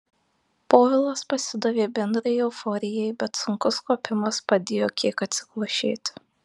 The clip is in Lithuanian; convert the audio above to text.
povilas pasidavė bendrai euforijai bet sunkus kopimas padėjo kiek atsikvošėti